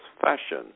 fashion